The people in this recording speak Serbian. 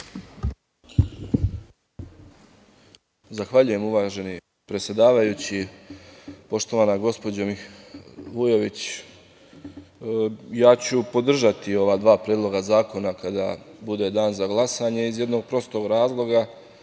Zahvaljujem, uvaženi predsedavajući. Poštovana gospođo Vujović, ja ću podržati ova dva predloga zakona kada bude dan za glasanje, iz jednog prostog razloga